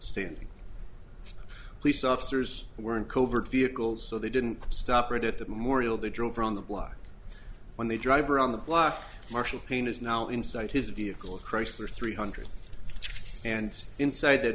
standing police officers were in covert vehicles so they didn't stop right at the memorial they drove around the block when they drive around the block marshal payne is now inside his vehicle a chrysler three hundred and inside that